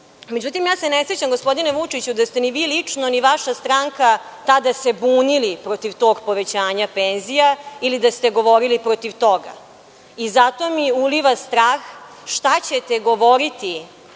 pravcu.Međutim, ne sećam se gospodine Vučiću da ste ni vi lično ni vaša stranka tada se bunili protiv tog povećanja penzija, ili da ste govorili protiv toga. Zato mi uliva strah šta ćete govoriti